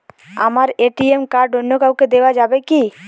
আমার ATM card অন্য কাউকে দেওয়া যাবে কি?